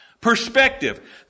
Perspective